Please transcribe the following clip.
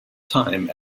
time